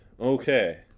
Okay